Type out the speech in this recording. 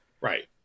Right